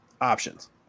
options